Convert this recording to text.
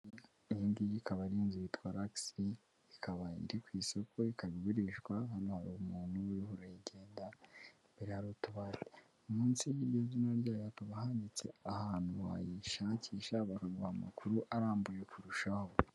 Iyi ngiyi ikaba ari inzu yitwa lagisi, ikaba iri ku isoko, ikaba igurishwa hano hari umuntu urimo urayigendamo, imbere hari utubati, munsi y'iryo zina ryayo hakaba handitse ahantu wayishakisha bakaguha amakuru arambuye kurushaho.